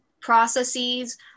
processes